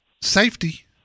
safety